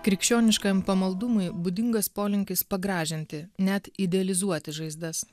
krikščioniškajam pamaldumui būdingas polinkis pagražinti net idealizuoti žaizdas